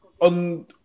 on